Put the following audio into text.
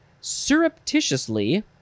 surreptitiously